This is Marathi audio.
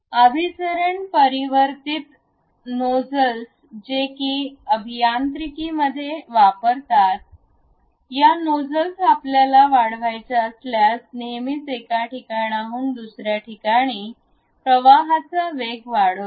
अभिसरण परिवर्तित converging diverging नोजल्स जे की अभियांत्रिकीमध्ये असे वापरतात या नोजल आपल्याला वाढवायच्या असल्यास नेहमीच एका ठिकाणाहून दुसर्या ठिकाणी प्रवाहाचा वेग वाढवतात